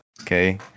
okay